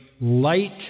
light